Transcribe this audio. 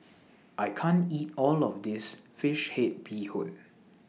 I can't eat All of This Fish Head Bee Hoon